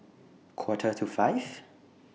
Quarter to five